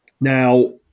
Now